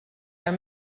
are